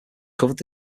covered